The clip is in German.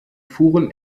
fuhren